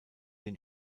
den